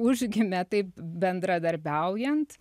užgimė taip bendradarbiaujant